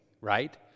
right